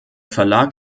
verlag